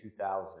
2000